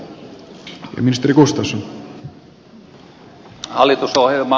arvoisa puhemies